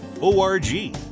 O-R-G